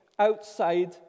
outside